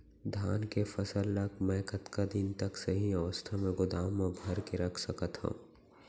धान के फसल ला मै कतका दिन तक सही अवस्था में गोदाम मा भर के रख सकत हव?